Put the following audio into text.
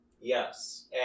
Yes